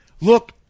Look